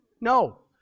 No